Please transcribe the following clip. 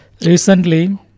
Recently